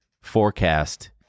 forecast